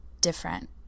different